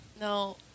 No